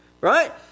Right